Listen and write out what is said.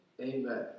Amen